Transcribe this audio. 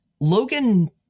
Logan